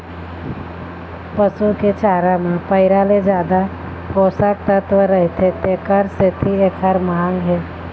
पसू के चारा म पैरा ले जादा पोषक तत्व रहिथे तेखर सेती एखर मांग हे